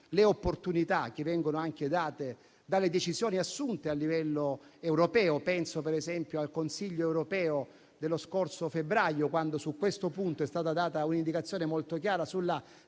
le opportunità che vengono date dalle stesse decisioni assunte a livello europeo: penso, per esempio, al Consiglio europeo dello scorso febbraio, quando è stata data un'indicazione molto chiara sulla flessibilità